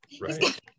right